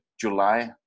July